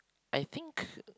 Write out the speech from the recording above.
I think